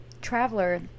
Traveler